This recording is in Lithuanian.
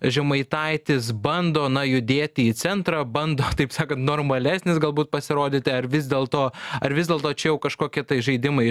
žemaitaitis bando na judėti į centrą bando taip sakant normalesnis galbūt pasirodyti ar vis dėlto ar vis dėlto čia jau kažkokie žaidimai